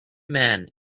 man